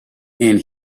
and